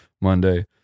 Monday